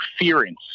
interference